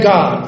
God